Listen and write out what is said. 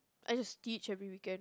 I just teach every weekend